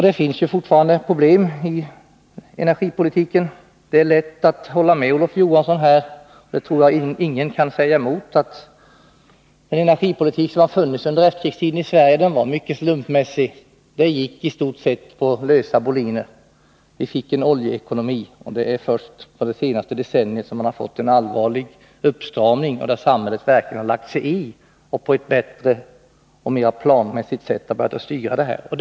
Det finns fortfarande problem i energipolitiken. Det är lätt att hålla med Olof Johansson om — det tror jag ingen kan säga emot — att den energipolitik som har förts under efterkrigstiden i Sverige har varit mycket slumpmässig. Den gick istort sett på lösa boliner. Vi fick en oljeekonomi, och det är först under det senaste decenniet som vi har fått en allvarlig uppstramning och som samhället verkligen har lagt sig i och på ett bättre och mer planmässigt sätt har börjat att styra energipolitiken.